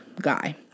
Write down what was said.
guy